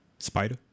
Spider